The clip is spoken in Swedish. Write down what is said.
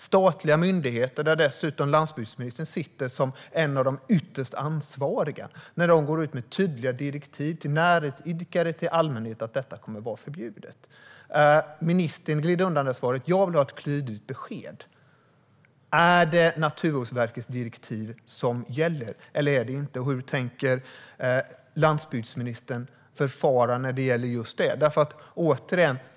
Statliga myndigheter, där landsbygdsministern är en av de ytterst ansvariga, går ut med tydliga direktiv till näringsidkare och allmänhet att detta kommer att vara förbjudet. Ministern glider undan svaret. Jag vill ha ett tydligt besked. Är det Naturvårdsverkets direktiv som gäller eller inte? Hur tänker landsbygdsministern förfara i den frågan?